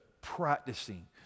practicing